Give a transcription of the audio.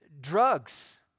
drugs